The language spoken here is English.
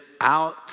out